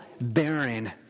bearing